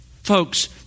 Folks